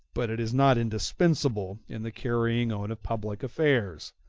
but it is not indispensable, in the carrying on of public affairs.